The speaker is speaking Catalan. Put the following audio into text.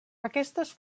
aquestes